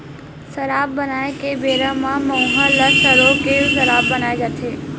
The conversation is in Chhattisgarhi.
सराब बनाए के बेरा म मउहा ल सरो के सराब बनाए जाथे